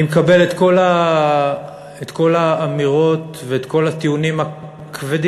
אני מקבל את כל האמירות ואת כל הטיעונים הכבדים.